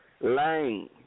Lane